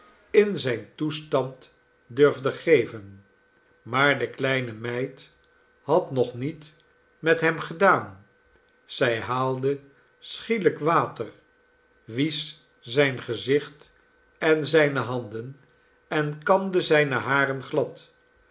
in zijn toestand durfde geven maar de kleine meid had nog niet met hem gedaan zij haalde schielijk water wiesch zijn gezicht en zijne handen en kamde zijne haren glad